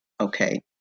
Okay